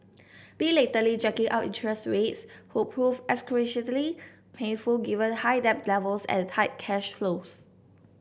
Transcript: belatedly jacking up interest rates would prove excruciatingly painful given high debt levels and tight cash flows